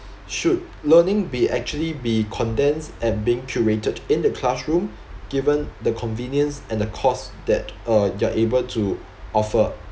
should learning be actually be condensed and being curated in the classroom given the convenience and the course that uh you're able to offer